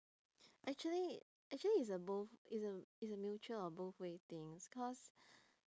actually actually it's a both it's a it's a mutual or both way things cause